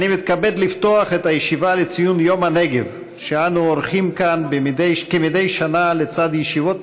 אנחנו עוברים לציון יום הנגב במליאה לאחר שהוא כבר צוין בוועדות השונות,